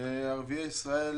ערביי ישראל,